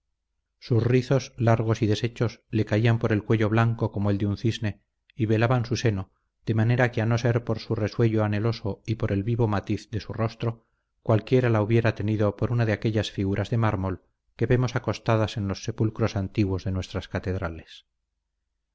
sus rizos largos y deshechos le caían por el cuello blanco como el de un cisne y velaban su seno de manera que a no ser por su resuello anheloso y por el vivo matiz de su rostro cualquiera la hubiera tenido por una de aquellas figuras de mármol que vemos acostadas en los sepulcros antiguos de nuestras catedrales